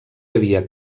havia